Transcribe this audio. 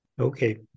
Okay